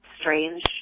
strange